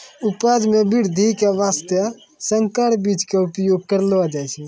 उपज मॅ वृद्धि के वास्तॅ संकर बीज के उपयोग करलो जाय छै